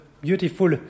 beautiful